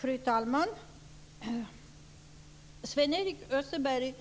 Fru talman! Sven-Erik Österberg